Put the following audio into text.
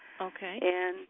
Okay